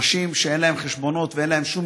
אנשים שאין להם חשבונות ואין להם שום